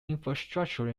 infrastructure